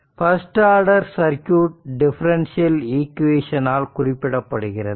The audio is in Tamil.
first order circuit differential equation ஆல் குறிப்பிடப்படுகிறது